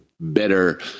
better